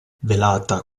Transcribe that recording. velata